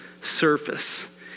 surface